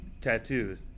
tattoos